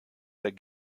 der